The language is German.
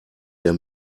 der